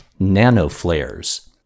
nanoflares